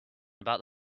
about